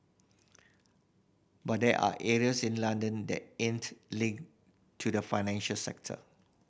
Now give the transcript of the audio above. but there are areas in London that aren't linked to the financial sector